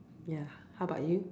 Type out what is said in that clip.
ya how about you